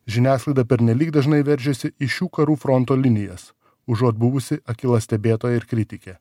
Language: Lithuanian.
žiniasklaida pernelyg dažnai veržiasi į šių karų fronto linijos užuot buvusi akyla stebėtoja ir kritikė